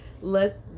let